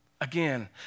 Again